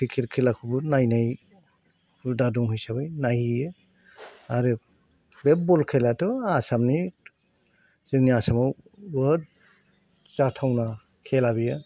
cricket खेलाखौबो नायनाय हुदा दं हिसाबै नायो आरो बे बल खेलायाथ' आसामनि जोंनि आसामाव बहुद जाथावना खेला बेयो